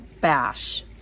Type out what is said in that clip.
bash